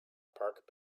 park